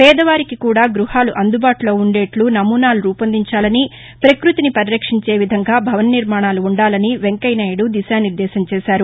పేదవారికి కూడా గ్బహాలు అందుబాటులో ఉండేట్లు నమూనాలను రూపొందించాలని ప్రక్బతిని పరిరక్షించే విధంగా భవన నిర్నాణాలు ఉండాలని వెంకయ్య నాయుడు దిశానిర్దేశం చేశారు